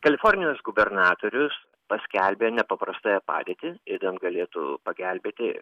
kalifornijos gubernatorius paskelbė nepaprastąją padėtį idant galėtų pagelbėti vaičkus